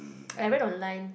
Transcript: I went online